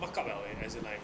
mark up liao eh as in like